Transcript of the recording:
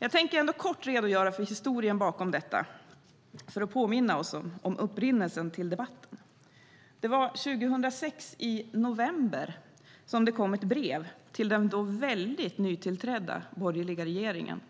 Jag tänker kort redogöra för historien bakom detta för att påminna oss om upprinnelsen till debatten. I november 2006 kom ett brev till den då alldeles nytillträdda borgerliga regeringen